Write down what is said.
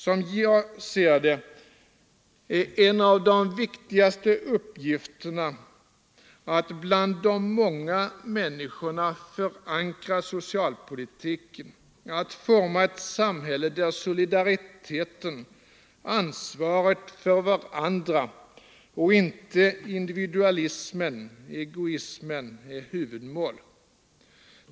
Som jag ser det är en av de viktigaste uppgifterna att bland de många människorna förankra socialpolitiken, att forma ett samhälle där solidariteten, ansvaret för varandra, och inte individualism, egoism, är huvudmål.